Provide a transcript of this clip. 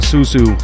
Susu